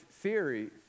series